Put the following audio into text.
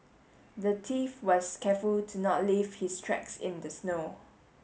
the thief was careful to not leave his tracks in the snow